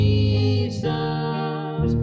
Jesus